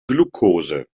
glukose